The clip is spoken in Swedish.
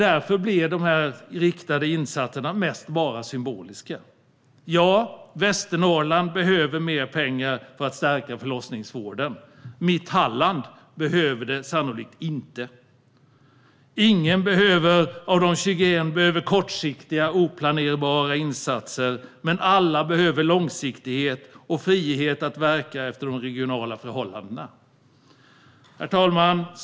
Därför blir de här riktade insatserna mest bara symboliska. Ja, Västernorrland behöver mer pengar för att stärka förlossningsvården. Mitt Halland behöver det sannolikt inte. Inget av de 21 länen behöver kortsiktiga oplanerbara insatser, men alla behöver långsiktighet och frihet att verka efter de regionala förhållandena. Herr talman!